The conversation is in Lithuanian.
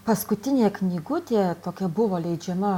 paskutinė knygutė tokia buvo leidžiama